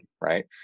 right